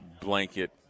blanket